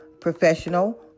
professional